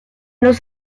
los